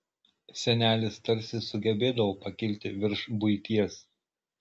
senelis tarsi sugebėdavo pakilti virš buities